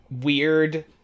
weird